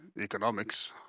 economics